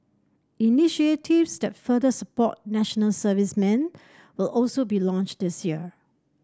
initiatives that further support National Servicemen will also be launched this year